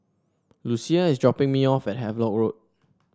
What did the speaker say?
Lucia is dropping me off at Havelock Road